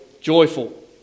Joyful